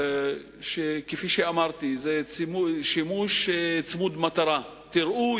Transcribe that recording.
כי כפי שאמרתי זה שימוש צמוד-מטרה: תראו,